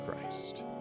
Christ